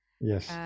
yes